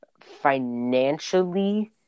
financially